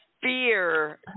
fear